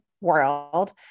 world